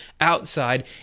outside